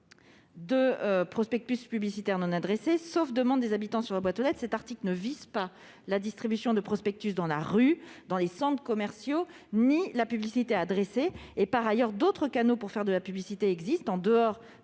de prospectus publicitaires non adressés, sauf demande des habitants sur la boîte aux lettres. Cet article ne vise ni la distribution de prospectus dans la rue ou dans les centres commerciaux ni la publicité adressée. Par ailleurs, d'autres canaux pour faire de la publicité existent, en dehors